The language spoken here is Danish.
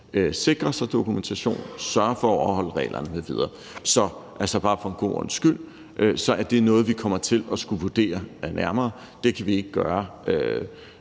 sikrer sig dokumentation, sørger for at overholde reglerne m.v. Så bare for en god ordens skyld vil jeg sige, at det er noget, vi kommer til at skulle vurdere nærmere. Det kan vi ikke gøre